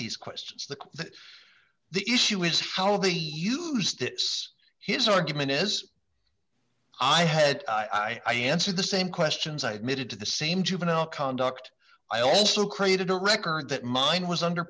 these questions the that the issue is how they used it his argument is i head i answered the same questions i admitted to the same juvenile conduct i also created a record that mine was under